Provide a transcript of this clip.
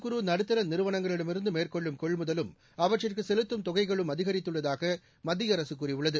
குறு நடுத்தர நிறுவனங்களிடமிருந்து மேற்கொள்ளும் கொள்முதலும் அவற்றிற்கு செலுத்தும் தொகைகளும் அதிகரித்துள்ளதாக மத்திய அரசு கூறியுள்ளது